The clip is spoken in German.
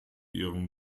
ihren